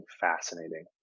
fascinating